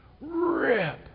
rip